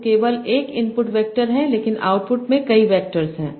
तो केवल एक इनपुट वेक्टर है लेकिन आउटपुट में कई वेक्टर हैं